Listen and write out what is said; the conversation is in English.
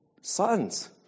Sons